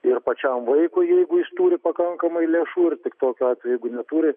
ir pačiam vaikui jeigu jis turi pakankamai lėšų ir tik tokiu atveju jeigu neturi